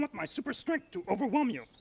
my super strength to overwhelm you.